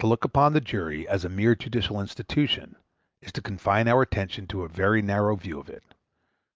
to look upon the jury as a mere judicial institution is to confine our attention to a very narrow view of it